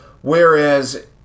Whereas